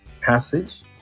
passage